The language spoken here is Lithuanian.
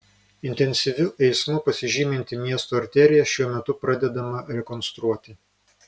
intensyviu eismu pasižyminti miesto arterija šiuo metu pradedama rekonstruoti